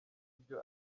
ibyo